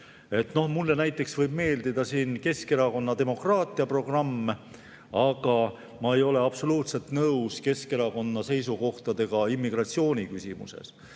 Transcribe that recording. Mulle näiteks võib meeldida Keskerakonna demokraatiaprogramm, aga ma ei ole absoluutselt nõus Keskerakonna seisukohtadega immigratsiooniküsimuses.